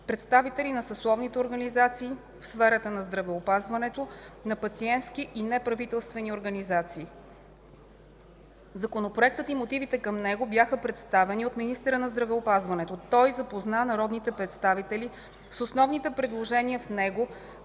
представители на съсловните организации в сферата на здравеопазването, на пациентски и неправителствени организации. Законопроектът и мотивите към него бяха представени от министъра на здравеопазването. Той запозна народните представители с основните предложения в него,